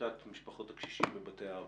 מעמותת משפחות הקשישים בבתי האבות.